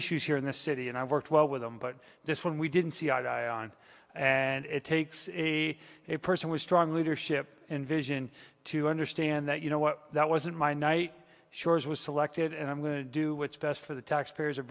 issues here in the city and i worked well with them but this one we didn't see eye to eye on and it takes a a person with strong leadership and vision to understand that you know what that wasn't my night shores was selected and i'm going to do what's best for the taxpayers